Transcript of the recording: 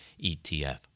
ETF